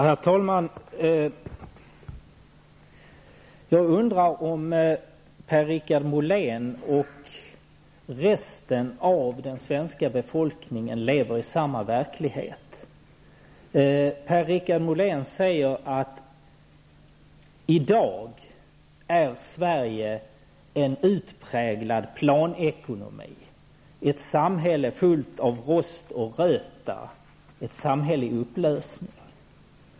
Herr talman! Jag under om Per-Richard Molén och resten av den svenska befolkningen lever i samma verklighet. Per-Richard Molén säger att Sverige i dag är en utpräglad planekonomi, ett samhälle fullt av rost och röta och ett samhälle i upplösning.